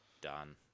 done